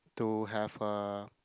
to have a